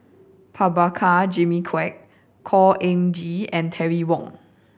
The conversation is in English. Prabhakara Jimmy Quek Khor Ean Ghee and Terry Wong